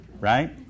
right